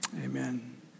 Amen